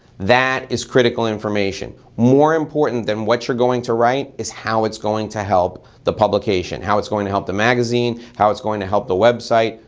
that is critical information. more important than what you're going to write, is how it's going to help the publication. how it's going to help the magazine, how it's going to help the website.